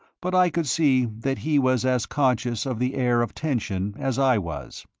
but i could see that he was as conscious of the air of tension as i was.